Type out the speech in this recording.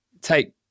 Take